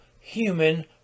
human